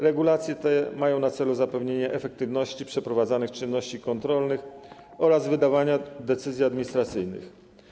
Regulacje te mają na celu zapewnienie efektywności przeprowadzanych czynności kontrolnych oraz wydawania decyzji administracyjnych.